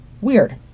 Weird